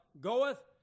Goeth